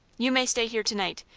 you may stay here to-night,